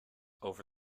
over